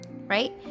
right